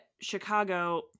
chicago